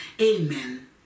amen